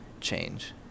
change